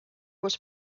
was